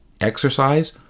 Exercise